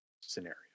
scenario